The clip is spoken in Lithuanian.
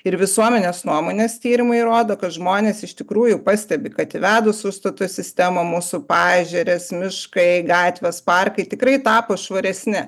ir visuomenės nuomonės tyrimai rodo kad žmonės iš tikrųjų pastebi kad įvedus užstato sistemą mūsų paežerės miškai gatvės parkai tikrai tapo švaresni